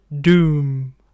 doom